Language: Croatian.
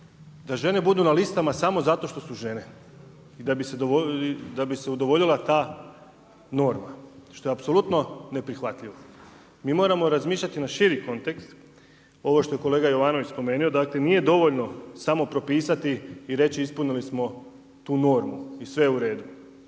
da žene budu na listama samo zato što su žene i da bi se udovoljila ta norma, što je apsolutno neprihvatljivo. Mi moramo razmišljati na širi kontekst, ovo što je kolega Jovanović spomenuo, dakle nije dovoljno samo propisati i reći ispunili smo tu normu i sve uredu.